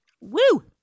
Woo